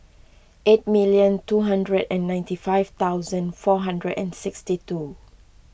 eight million two hundred and ninety five thousand four hundred and sixty two